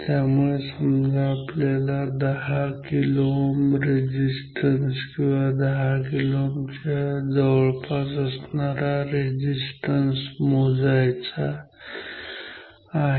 त्यामुळे समजा आपल्याला 10 kΩ रेझिस्टन्स किंवा 10 kΩ च्या जवळपास असणारा रेझिस्टन्स मोजायचा आहे